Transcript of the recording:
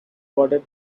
rewarded